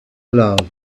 love